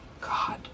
God